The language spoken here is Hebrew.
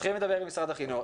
התחילו לדבר עם משרד החינוך,